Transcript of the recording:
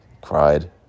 cried